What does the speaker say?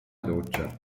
doccia